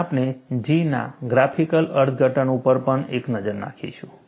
અને આપણે J ના ગ્રાફિકલ અર્થઘટન ઉપર પણ એક નજર નાખીશું